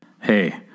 hey